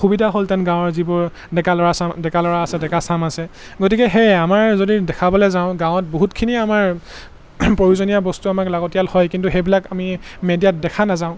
সুবিধা হ'ল হেঁতেন গাঁৱৰ যিবোৰ ডেকা ল'ৰা চাম ডেকা লৰা আছে ডেকা চাম আছে গতিকে সেয়ে আমাৰ যদি দেখাবলৈ যাওঁ গাঁৱত বহুতখিনি আমাৰ প্ৰয়োজনীয় বস্তু আমাক লাগতিয়াল হয় কিন্তু সেইবিলাক আমি মিডিয়াত দেখা নাযাওঁ